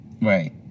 Right